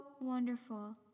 wonderful